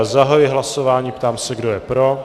Zahajuji hlasování a ptám se, kdo je pro.